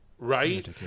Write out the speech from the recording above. Right